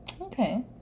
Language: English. Okay